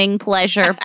pleasure